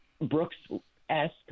Brooks-esque